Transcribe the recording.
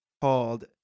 called